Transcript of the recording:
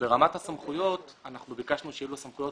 ברמת הסמכויות ביקשנו שיהיו לה סמכויות